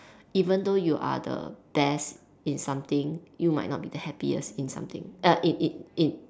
even though you are the best in something you might not be the happiest in something uh in in in